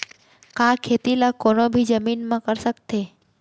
का खेती ला कोनो भी जमीन म कर सकथे?